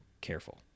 careful